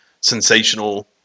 sensational